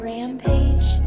Rampage